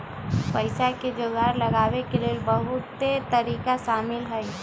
पइसा के जोगार लगाबे के लेल बहुते तरिका शामिल हइ